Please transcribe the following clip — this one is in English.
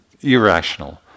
irrational